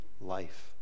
life